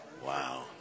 Wow